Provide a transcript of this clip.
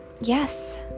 yes